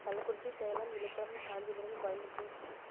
Kallakurichi Salem Viluppuram Kanchipuram Coimbatore